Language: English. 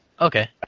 okay